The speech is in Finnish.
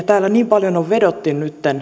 täällä on niin paljon vedottu nyt